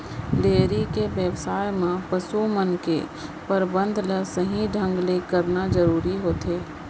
dairy के बेवसाय म पसु मन के परबंध ल सही ढंग ले करना जरूरी होथे